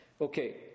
okay